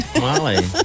Molly